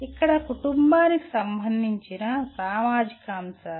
ఇక్కడ కుటుంబానికి సంబంధించిన సామాజిక అంశాలు